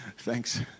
thanks